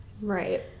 Right